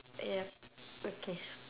ya okay